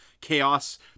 Chaos